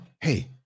Hey